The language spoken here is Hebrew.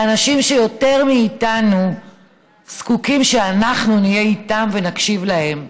אלה אנשים שיותר מאיתנו זקוקים שאנחנו נהיה איתם ונקשיב להם.